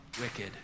wicked